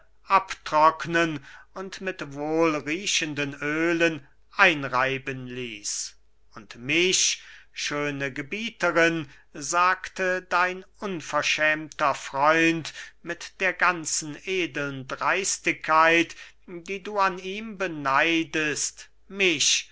abtrocknen und mit wohlriechenden öhlen einreiben ließ und mich schöne gebieterin sagte dein unverschämter freund mit der ganzen edeln dreistigkeit die du an ihm beneidest mich